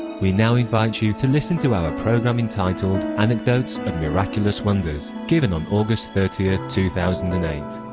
we now invite you to listen to our program entitled anecdotes of miraculous wonders given on august thirty, ah two thousand and eight.